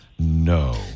No